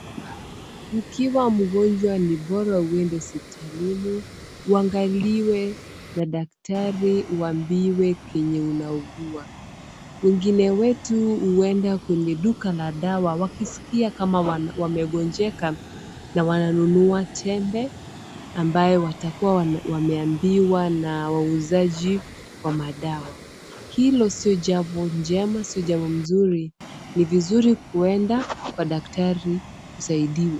Ukiwa mgonjwa ni bora uende hospitalini uangaliwe na daktari uambiwe kenye unaugua. Wengine wetu huenda kwenye duka la dawa wakisikia kama wamegonjeka na wananunua tembe ambayo watakuwa wameambiwa na wauzaji wa madawa. Hilo sio jambo njema, si jambo mzuri. Ni vizuri kwenda kwa daktari usaidiwe.